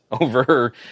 over